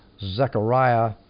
Zechariah